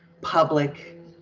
public